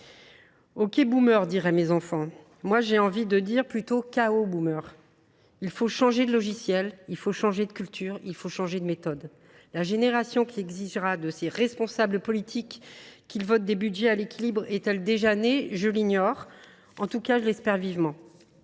OK, !», diraient mes enfants. J’ai envie de dire plutôt :« KO, !» Il faut changer de logiciel ; il faut changer de culture ; il faut changer de méthode. La génération qui exigera de ses responsables politiques qu’ils votent des budgets à l’équilibre est elle déjà née ? Je l’ignore, mais, en tout cas, je l’espère vivement.